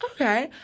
Okay